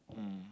mm